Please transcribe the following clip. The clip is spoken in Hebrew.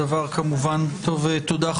תודה,